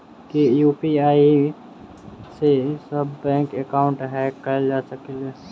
की UPI ID सऽ bank account hack कैल जा सकलिये?